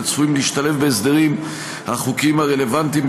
וצפויים להשתלב בהסדרים החוקיים הרלוונטיים,